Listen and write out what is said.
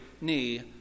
knee